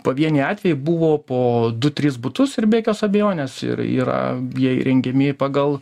pavieniai atvejai buvo po du tris butus ir be jokios abejonės ir yra jie įrengiami pagal